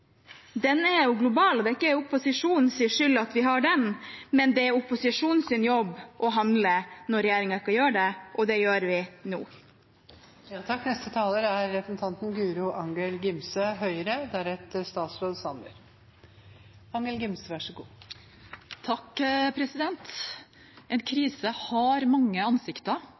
Den er global. Det er ikke opposisjonens skyld at vi har den, men det er opposisjonens jobb å handle når regjeringen ikke gjør det, og det gjør vi nå. En krise har mange ansikter.